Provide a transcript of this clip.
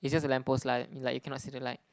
it's just a lamp post lah like you cannot see the light